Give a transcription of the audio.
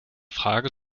frage